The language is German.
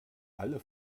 alle